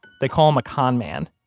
they call him a con man.